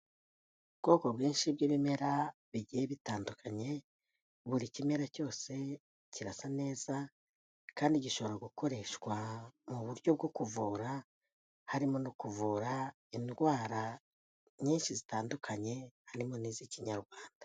Ubwoko bwinshi bw'ibimera bigiye bitandukanye, buri kimera cyose kirasa neza kandi gishobora gukoreshwa mu buryo bwo kuvura harimo no kuvura indwara nyinshi zitandukanye harimo n'iz'ikinyarwanda.